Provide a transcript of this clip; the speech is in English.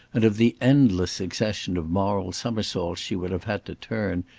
and of the endless succession of moral somersaults she would have had to turn,